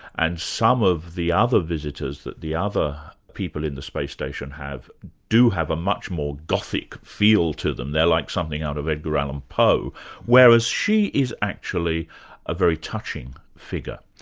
and some of the other visitors that the other people in the space station have do have a much more gothic feel to them, they're like something out of edgar alan poe, whereas she is actually a very touching figure.